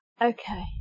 Okay